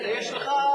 יש לך,